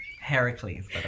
Heracles